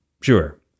Sure